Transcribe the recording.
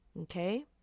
Okay